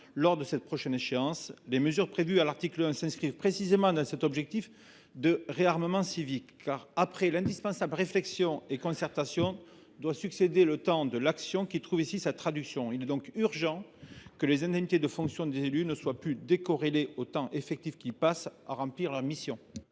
lors de cette échéance ! Les mesures prévues à l’article 1 s’inscrivent précisément dans cet objectif de réarmement civique, car aux indispensables réflexions et concertations doit succéder le temps de l’action, qui trouve ici sa traduction. Il est urgent que les indemnités de fonction des élus ne soient plus décorrélées du temps effectif qu’ils passent à remplir leur mission.